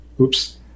Oops